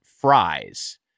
fries